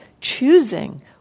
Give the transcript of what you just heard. choosing